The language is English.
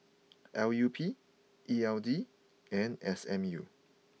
L U P E L D and S M U